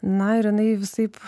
na ir jinai visaip